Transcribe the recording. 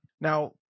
Now